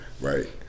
Right